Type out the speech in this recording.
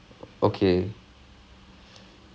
so it's it's like it's like